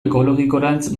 ekologikorantz